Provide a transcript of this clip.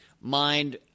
mind